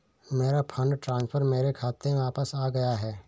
मेरा fund transfer मेरे खाते में वापस आ गया है